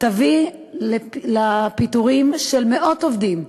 תביא לפיטורים מיידיים של מאות עובדים.